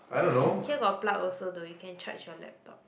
hey here got plug also though you can charge your laptop